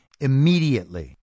immediately